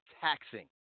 taxing